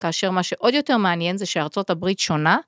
כאשר מה שעוד יותר מעניין זה שארצות הברית שונה.